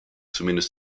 zumindest